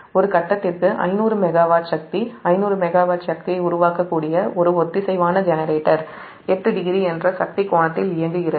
ஒரு ஃபேஸ்ற்கு 500 மெகாவாட் சக்தியை உருவாக்கக்கூடிய ஒரு ஒத்திசைவான ஜெனரேட்டர்80 என்ற சக்தி கோணத்தில் இயங்குகிறது